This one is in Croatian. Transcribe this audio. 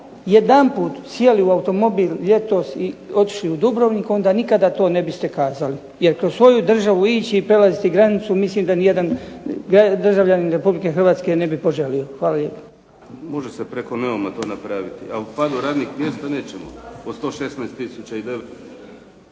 jedanput sjeli u automobil ljetos i otišli u Dubrovnik onda nikada to ne biste kazali. Jer kroz svoju državu ići i prelaziti granicu mislim da nijedan državljanin RH ne bi poželio. Hvala lijepo. **Kajin, Damir (IDS)** Može se preko Neuma to napraviti, a o padu radnih mjesta nećemo. O 116 tisuća,